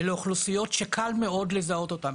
אילו אוכלוסיות שקל מאוד לזהות אותם.